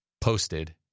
posted